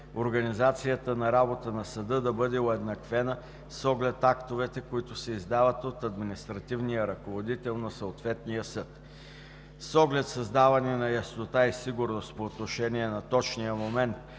организацията на работа на съда да бъде уеднаквена с оглед актовете, които се издават от административния ръководител на съответния съд. С оглед създаване на яснота и сигурност по отношение на точния момент